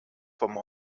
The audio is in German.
vom